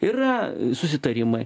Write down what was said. yra susitarimai